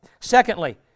secondly